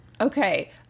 Okay